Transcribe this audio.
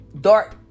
dark